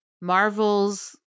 Marvel's